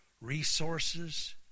resources